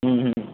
হুম হুম